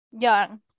Young